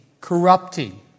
corrupting